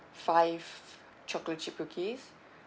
five chocolate chip cookies